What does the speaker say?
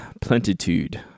Plentitude